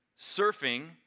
surfing